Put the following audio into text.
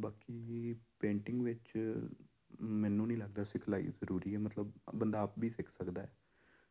ਬਾਕੀ ਪੇਂਟਿੰਗ ਵਿੱਚ ਮੈਨੂੰ ਨਹੀਂ ਲੱਗਦਾ ਸਿਖਲਾਈ ਜ਼ਰੂਰੀ ਹੈ ਮਤਲਬ ਬੰਦਾ ਆਪ ਵੀ ਸਿੱਖ ਸਕਦਾ ਹੈ